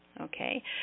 okay